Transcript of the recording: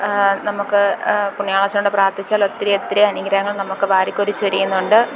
നമുക്ക് പുണ്യാളച്ചനോട് പ്രാർത്ഥിച്ചാൽ ഒത്തിരി ഒത്തിരി അനുഗ്രഹങ്ങൾ നമുക്ക് വാരിക്കോരി ചൊരിയുന്നുണ്ട്